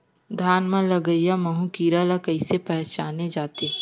धान म लगईया माहु कीरा ल कइसे पहचाने जाथे?